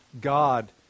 God